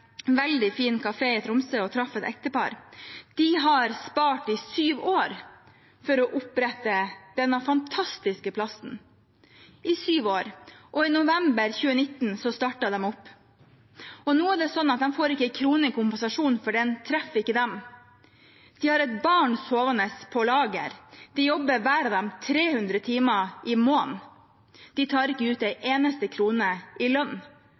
veldig fin kafé i Tromsø og traff et ektepar. De har spart i syv år for å opprette denne fantastiske plassen – i syv år – og i november 2019 startet de opp. Nå er det sånn at de ikke får en krone i kompensasjon, for ordningen treffer ikke dem. De har et barn sovende på lageret. Hver av dem jobber 300 timer i måneden. De tar ikke ut en eneste krone i lønn.